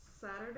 Saturday